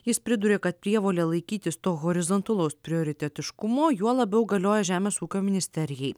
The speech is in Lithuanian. jis priduria kad prievolė laikytis to horizontalaus prioritetiškumo juo labiau galioja žemės ūkio ministerijai